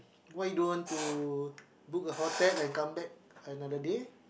why you don't want to book a hotel and come back another day